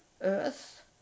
earth